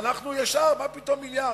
אנחנו ישר: מה פתאום מיליארד?